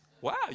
wow